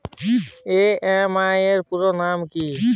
EMI এর পুরোনাম কী?